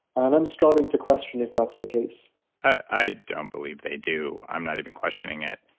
and i'm starting to question if that's the case i don't believe they do. i'm not even questioning it,